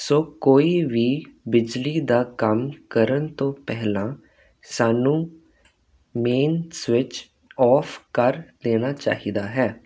ਸੋ ਕੋਈ ਵੀ ਬਿਜਲੀ ਦਾ ਕੰਮ ਕਰਨ ਤੋਂ ਪਹਿਲਾਂ ਸਾਨੂੰ ਮੇਨ ਸਵਿਚ ਆਫ ਕਰ ਦੇਣਾ ਚਾਹੀਦਾ ਹੈ